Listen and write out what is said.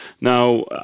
Now